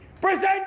Present